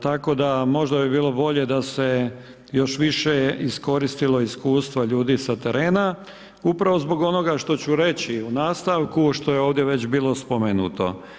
Tako da možda bi bilo bolje da se još više iskoristila iskustva ljudi s terena upravo zbog onoga što ću reći u nastavku što je ovdje već bilo spomenuto.